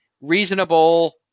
reasonable